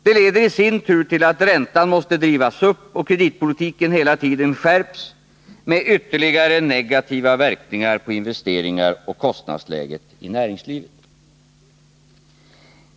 Det leder i sin tur till att räntan måste drivas upp och till att kreditpolitiken hela tiden skärps med ytterligare negativa verkningar på investeringar och kostnadsläge i näringslivet.